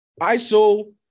ISO